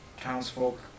townsfolk